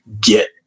get